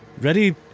Ready